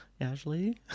ashley